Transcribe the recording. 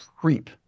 creep